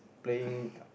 playing